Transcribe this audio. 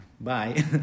bye